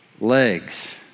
legs